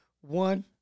one